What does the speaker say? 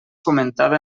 fomentada